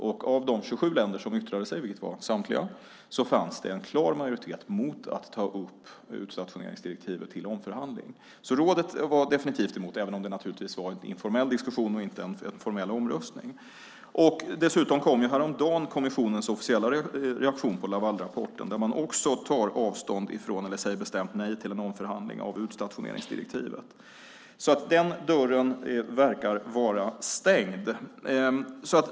Bland de 27 länder som yttrade sig - alltså samtliga - fanns det en klar majoritet mot att ta upp utstationeringsdirektivet till omförhandling. Rådet var alltså definitivt emot, även om det naturligtvis var en informell diskussion och inte en formell omröstning. Dessutom kom häromdagen kommissionens officiella reaktion på Lavalrapporten, där man också säger bestämt nej till en omförhandling av utstationeringsdirektivet. Så den dörren verkar vara stängd.